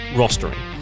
rostering